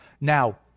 Now